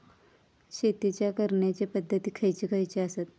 शेतीच्या करण्याचे पध्दती खैचे खैचे आसत?